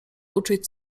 uczyć